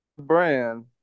brand